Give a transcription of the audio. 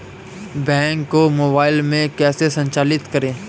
Bank को mobile में कैसे संचालित करें?